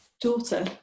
Daughter